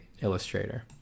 illustrator